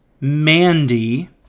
Mandy